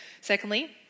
Secondly